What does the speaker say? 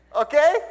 Okay